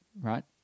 right